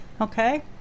okay